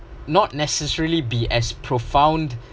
not necessarily be as profound